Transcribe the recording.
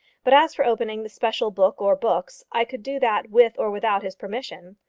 but as for opening the special book or books, i could do that with or without his permission.